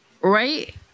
Right